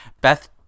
Beth